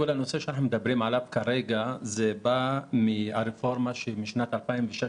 הנושא שאנחנו מדברים עליו כרגע בא מהרפורמה של שנת 2016,